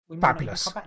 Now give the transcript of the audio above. fabulous